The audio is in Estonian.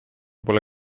pole